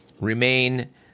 remain